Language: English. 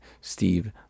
Steve